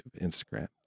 Instagram